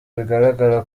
bigaragara